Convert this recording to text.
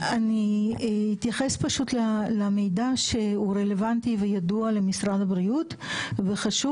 אני אתייחס פשוט למידע שהוא רלוונטי וידוע למשרד הבריאות וחשוב